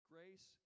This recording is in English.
Grace